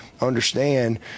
understand